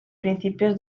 principio